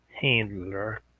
handler